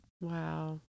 Wow